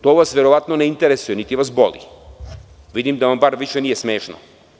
To vas verovatno ne interesuje niti vas boli, vidim da vam bar više nije smešno.